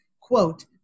quote